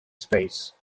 space